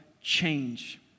change